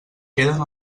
queden